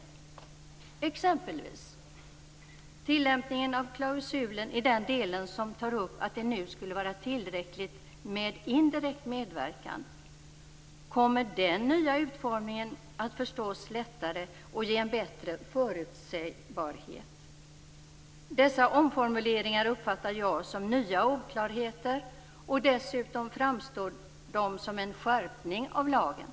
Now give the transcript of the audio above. När det gäller tillämpningen av klausulen i den del som tar upp att det nu skulle vara tillräckligt med indirekt medverkan kan man fråga: Kommer den nya utformningen att förstås lättare och ge en bättre förutsägbarhet? Dessa omformuleringar uppfattar jag som nya oklarheter. Dessutom framstår de som en skärpning av lagen.